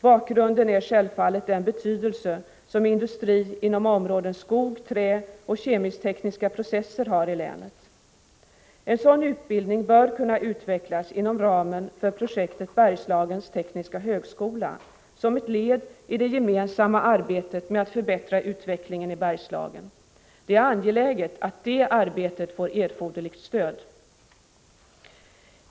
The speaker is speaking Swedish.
Bakgrunden är självfallet den betydelse som industri inom områdena skog, trä och kemisktekniska processer har i länet. En sådan utbildning bör kunna utvecklas inom ramen för projektet Bergslagens tekniska högskola som ett led i det gemensamma arbetet med att förbättra utvecklingen i Bergslagen. Det är angeläget att det arbetet får erforderligt stöd.